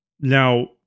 Now